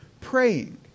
praying